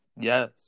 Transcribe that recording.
yes